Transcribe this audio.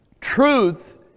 Truth